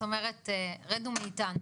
את אומרת - רדו מאיתנו.